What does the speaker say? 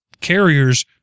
carriers